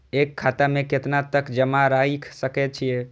एक खाता में केतना तक जमा राईख सके छिए?